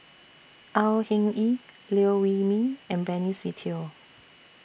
Au Hing Yee Liew Wee Mee and Benny Se Teo